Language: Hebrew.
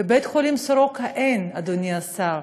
בבית-חולים "סורוקה" אין, אדוני השר.